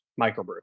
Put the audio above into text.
microbrew